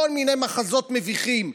כל מיני מחזות מביכים,